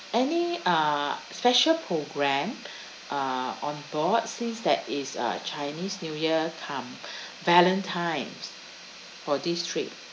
any uh special programme uh on board since that it's uh chinese new year cum valentine for this trip